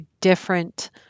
different